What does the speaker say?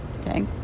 okay